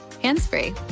hands-free